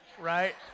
right